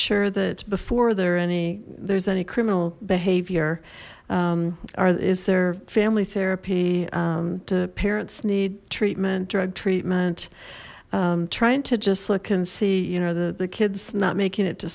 sure that before there any there's any criminal behavior or is there family therapy to parents need treatment drug treatment trying to just look and see you know the the kids not making it to